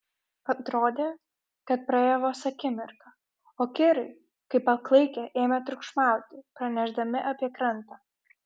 atrodė kad praėjo vos akimirka o kirai kaip paklaikę ėmė triukšmauti pranešdami apie krantą